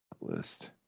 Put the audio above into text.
list